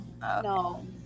no